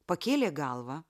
pakėlė galvą